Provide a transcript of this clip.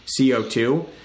CO2